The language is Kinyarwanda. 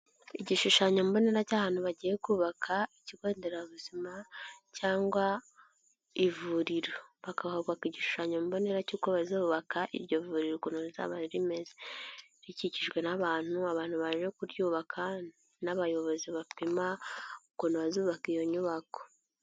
Igishushanyo mbonera cy'ahantu bagiye kubaka, ikigo nderabuzima cyangwa ivuriro. Bakahubaka igishushanyo mbonera cy'uko bazubaka iryo vuriro ukuntu rizaba rimeze, rikikijwe n'abantu abantu baje kuryubaka n'abayobozi bapima ukuntu bazubaka iyo nyubako.